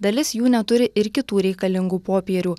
dalis jų neturi ir kitų reikalingų popierių